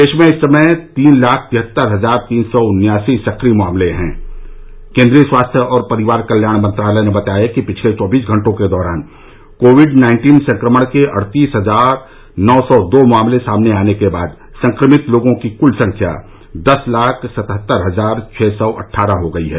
देश में इस समय तीन लाख तिहत्तर हजार तीन सौ उन्यासी सक्रिय मामले हैं केन्द्रीय स्वास्थ्य और परिवार कल्याण मंत्रालय ने बताया कि पिछले चौबीस घंटों के दौरान कोविड नाइन्टीन संक्रमण के अड़तीस हजार नौ सौ दो मामले सामने आने के बाद संक्रमित लोगों की कुल संख्या दस लाख सतहत्तर हजार छ सौ अट्ठारह हो गई है